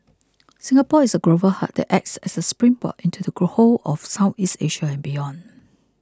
Singapore is a global hub that acts as a springboard into the whole of Southeast Asia and beyond